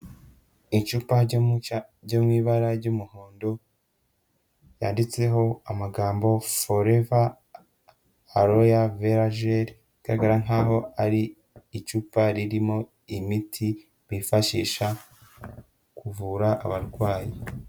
Icupa ryo mu ibara ry'umuhondo yanditseho amagambo foleva, halloya , verajeri rigagara nkaho ari icupa ririmo imiti bifashisha kuvura abarwayi.